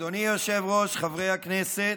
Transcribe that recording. אדוני היושב-ראש, חברי הכנסת,